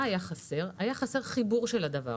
היה חסר חיבור של זה,